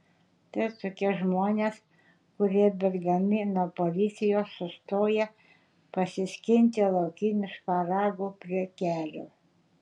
tai tokie žmonės kurie bėgdami nuo policijos sustoja pasiskinti laukinių šparagų prie kelio